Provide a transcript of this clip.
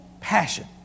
passion